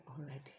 already